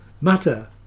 Matter